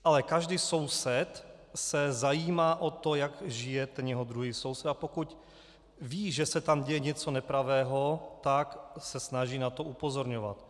Ale každý soused se zajímá o to, jak žije jeho druhý soused, a pokud ví, že se tam děje něco nepravého, tak se snaží na to upozorňovat.